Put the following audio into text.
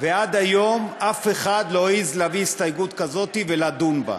עד היום אף אחד לא העז להביא הסתייגות כזאת ולדון בה.